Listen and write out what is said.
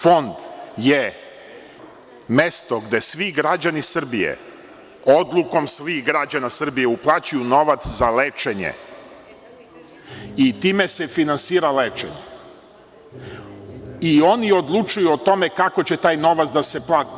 Fond je mesto gde svi građani Srbije odlukom svih građana Srbije uplaćuju novac i time se finansira lečenje i oni odlučuju o tome kako će taj novac da se troši.